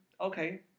Okay